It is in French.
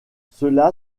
cela